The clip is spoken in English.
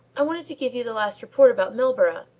i wanted to give you the last report about milburgh.